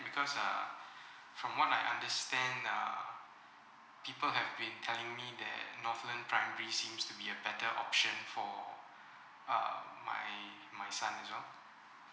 because uh from what I understand uh people have been telling me that northland primary seems to be a better option for um my my son as well